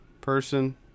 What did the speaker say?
person